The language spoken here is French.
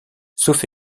sauf